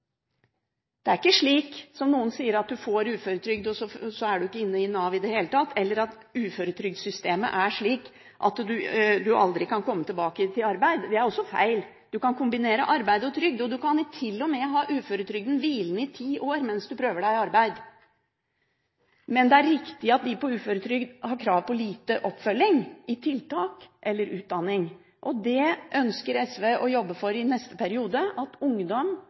Det er ikke slik som noen sier, at man får uføretrygd, og så er man ikke inne i Nav i det hele tatt, eller at uføretrygdsystemet er slik at man aldri kan komme tilbake i arbeid. Det er også feil. Man kan kombinere arbeid og trygd, og man kan til og med ha uføretrygden hvilende i ti år mens man prøver seg i arbeid. Men det er riktig at de på uføretrygd har krav på lite oppfølging i tiltak eller utdanning. SV ønsker i neste periode å jobbe for